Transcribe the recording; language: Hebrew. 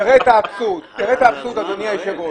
תראה את האבסורד, אדוני היושב ראש.